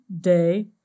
Day